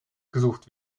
gesucht